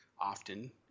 often